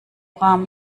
rahm